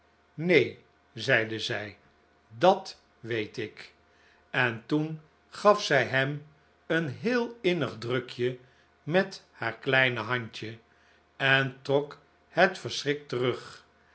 neen zeide zij dat weet ik en toen gaf zij hem een heel innig drukje met haar klein handje en trok het verschrikt terug